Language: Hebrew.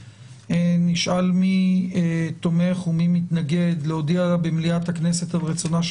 נשאל מי תומך ומי מתנגד להודיע במליאת הכנסת על רצונה של